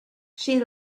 she